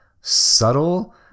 subtle